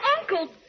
Uncle